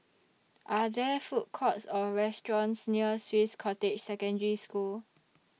Are There Food Courts Or restaurants near Swiss Cottage Secondary School